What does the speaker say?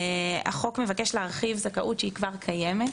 החוק מבקש להרחיב זכאות שכבר קיימת.